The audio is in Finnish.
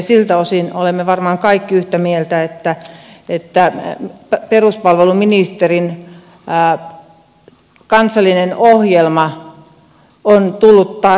siltä osin olemme varmaan kaikki yhtä mieltä että peruspalveluministerin kansallinen ohjelma on tullut tarpeeseen